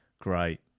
Great